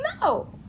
No